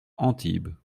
antibes